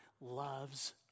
loves